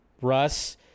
Russ